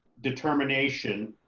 determination.